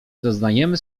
doznajemy